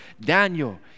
Daniel